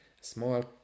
Small